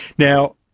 now,